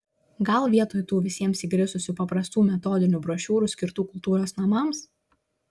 gal vietoj tų visiems įgrisusių prastų metodinių brošiūrų skirtų kultūros namams